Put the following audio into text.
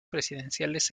presidenciales